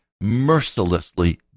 mercilessly